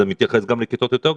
זה מתייחס גם לכיתות יותר גבוהות.